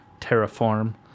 terraform